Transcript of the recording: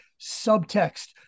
subtext